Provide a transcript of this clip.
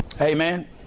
Amen